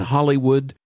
Hollywood